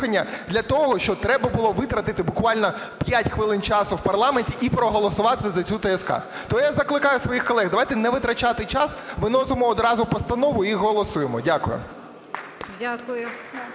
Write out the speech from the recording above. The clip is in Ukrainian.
для того, що треба було витратити буквально 5 хвилин часу в парламенті і проголосувати за цю ТСК. То я закликаю своїх колег, давайте не витрачати час, виносимо одразу постанову і голосуємо. Дякую.